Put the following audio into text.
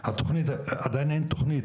עדיין אין תכנית,